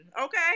Okay